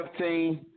15